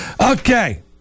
Okay